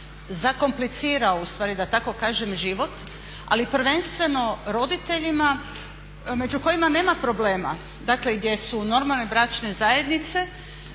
zakomplicirao da tako kažem život, ali prvenstveno roditeljima među kojima nema problema, dakle gdje su normalne bračne zajednice